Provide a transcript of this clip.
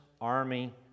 army